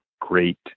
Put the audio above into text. great